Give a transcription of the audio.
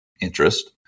interest